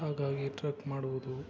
ಹಾಗಾಗಿ ಟ್ರಕ್ ಮಾಡುವುದು